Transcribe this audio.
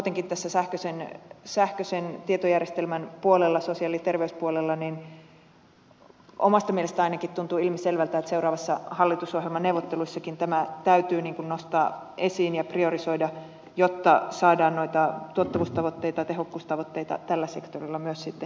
muutenkin tässä sähköisen tietojärjestelmän puolella sosiaali ja terveyspuolella omasta mielestäni ainakin tuntuu ilmiselvältä että seuraavissa hallitusohjelmaneuvotteluissakin tämä täytyy nostaa esiin ja priorisoida jotta saadaan noita tuottavuustavoitteita ja tehokkuustavoitteita tällä sektorilla myös sitten toteutettua